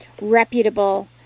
reputable